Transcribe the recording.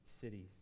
cities